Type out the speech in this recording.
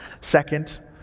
second